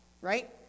right